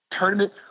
tournament